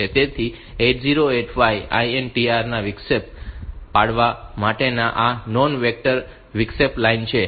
તેથી 8085 INTR માં વિક્ષેપ પાડવા માટેની આ નોન વેક્ટર વિક્ષેપ લાઇન છે